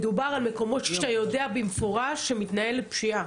מדובר על מקומות שיודעים במפורש שמתנהלת בהם פשיעה,